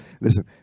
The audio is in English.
listen